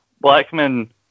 Blackman